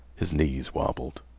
his knees wobbled.